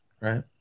right